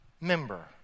member